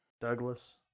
Douglas